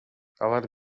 алар